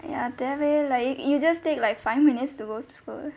ya தேவையேயில்லை:thevayaeillai you just take like five minutes to go to school